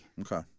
Okay